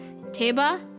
Teba